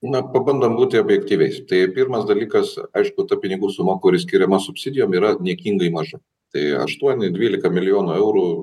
na pabandom būti objektyviais tai pirmas dalykas aišku ta pinigų suma kuri skiriama subsidijom yra niekingai maža tai aštuoni dvylika milijonų eurų